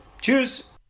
Cheers